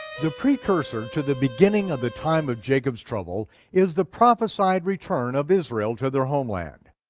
the precursor to the beginning of the time of jacob's trouble is the prophesied return of israel to their homeland.